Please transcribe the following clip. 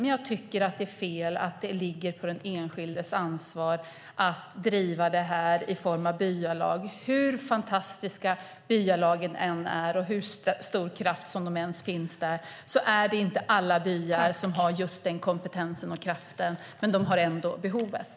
Men jag tycker att det är fel att det är den enskildes ansvar att driva det här i form av byalag. Hur fantastiska byalagen än är och hur stor kraft som än finns där är det inte alla byar som har just den kompetensen och kraften, men de har ändå behovet.